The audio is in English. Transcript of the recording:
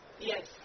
Yes